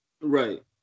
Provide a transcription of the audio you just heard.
Right